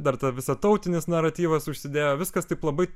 dar ta visa tautinis naratyvas užsidėjo viskas taip labai